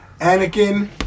Anakin